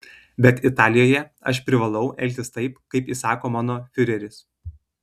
bet italijoje aš privalau elgtis taip kaip įsako mano fiureris